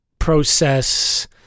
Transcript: process